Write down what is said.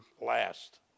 last